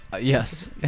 Yes